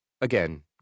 Again